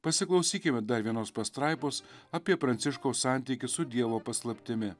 pasiklausykime dar vienos pastraipos apie pranciškaus santykį su dievo paslaptimi